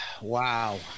Wow